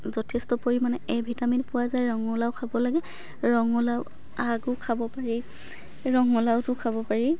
যথেষ্ট পৰিমাণে A vitamin পোৱা যায় ৰঙালাও খাব লাগে ৰঙালাওৰ আগো খাব পাৰি ৰঙালাওটো খাব পাৰি